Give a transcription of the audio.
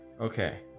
Okay